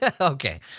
Okay